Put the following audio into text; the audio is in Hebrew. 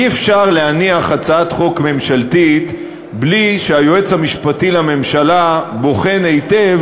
אי-אפשר להניח הצעת חוק ממשלתית בלי שהיועץ המשפטי לממשלה בוחן היטב